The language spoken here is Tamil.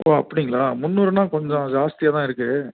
ஓ அப்படிங்களா முன்னூறுனால் கொஞ்சம் ஜாஸ்தியாக தான் இருக்குது